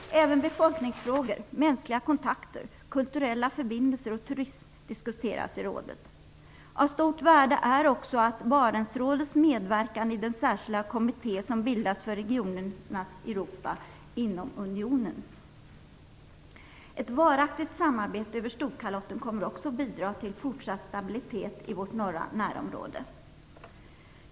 Även befolkningsfrågor, mänskliga kontakter, kulturella förbindelser och turism diskuteras i rådet. Av stort värde är också Barentsrådets medverkan i den särskilda kommitté som bildas för regionernas Europa inom Unionen. Ett varaktigt samarbete över Storkalotten kommer också att bidra till fortsatt stabilitet i vårt norra närområde.